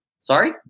Sorry